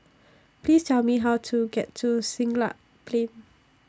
Please Tell Me How to get to Siglap Plain